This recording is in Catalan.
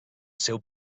seu